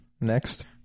Next